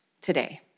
today